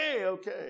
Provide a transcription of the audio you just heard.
Okay